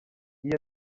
iyi